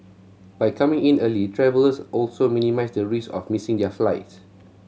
by coming in early travellers also minimise the risk of missing their flights